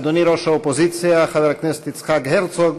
אדוני ראש האופוזיציה חבר הכנסת יצחק הרצוג,